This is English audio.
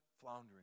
floundering